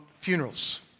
funerals